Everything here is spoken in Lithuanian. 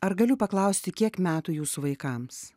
ar galiu paklausti kiek metų jūsų vaikams